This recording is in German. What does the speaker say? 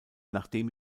nachdem